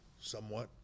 somewhat